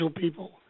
people